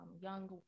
young